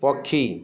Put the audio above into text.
ପକ୍ଷୀ